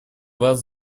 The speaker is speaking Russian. вас